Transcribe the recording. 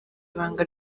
ibanga